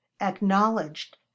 acknowledged